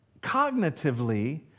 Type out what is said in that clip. cognitively